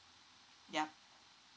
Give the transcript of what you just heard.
yup